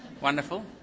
Wonderful